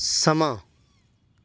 ਸਮਾਂ